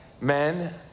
men